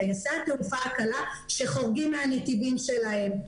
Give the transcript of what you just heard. טייסי התעופה הקלה שחורגים מהנתיבים שלהם.